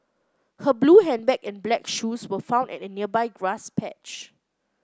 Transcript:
her blue handbag and black shoes were found at a nearby grass patch